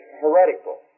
heretical